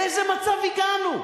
לאיזה מצב הגענו?